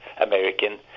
American